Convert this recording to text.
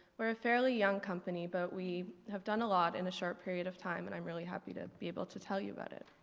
we're a fairly young company but we have done a lot in the short period of time and i'm really happy to be able to tell you about it.